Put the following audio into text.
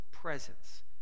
Presence